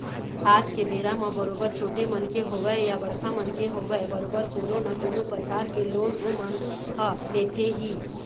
आज के बेरा म बरोबर छोटे मनखे होवय या बड़का मनखे होवय बरोबर कोनो न कोनो परकार के लोन ओमन ह लेथे ही